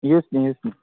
ꯌꯨꯁꯅꯤ ꯌꯨꯁꯅꯤ